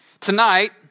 Tonight